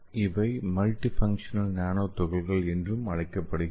இவை multifunctional nano துகள்கள் என்றும் அழைக்கப்படுகின்றன